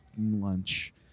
lunch